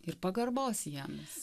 ir pagarbos jiems